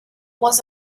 was